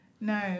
No